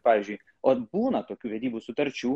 pavyzdžiui ot būna tokių vedybų sutarčių